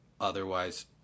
Otherwise